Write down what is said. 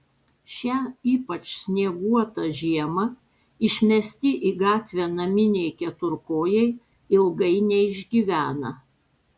šią ypač snieguotą žiemą išmesti į gatvę naminiai keturkojai ilgai neišgyvena